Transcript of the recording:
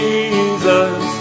Jesus